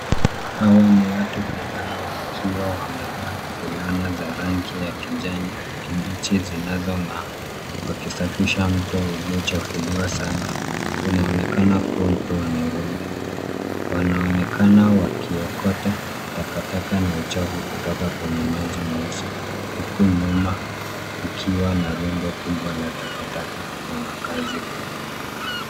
Hawa ni watu kadhaa, wakiwa wamevaa fulana za rangi ya kijani kibichi zinazong'aa, wakisafisha mto uliochafuliwa sana, unaonekana kuwa mto wa Nairobi. Wanaonekana wakiokota takataka na uchafu kutoka kwenye maji meusi, huku nyuma kukiwa na rundo kubwa la takataka na makaazi duni.